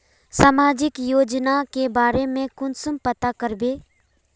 सामाजिक योजना के बारे में कुंसम पता करबे?